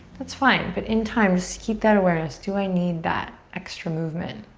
that's fine. but in time just keep that awareness. do i need that extra movement?